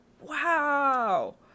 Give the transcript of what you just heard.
wow